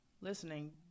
listening